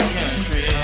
country